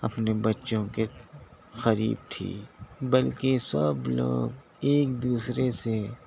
اپنے بچوں کے قریب تھی بلکہ سب لوگ ایک دوسرے سے